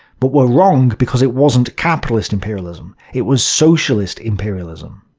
but were wrong because it wasn't capitalist imperialism it was socialist imperialism.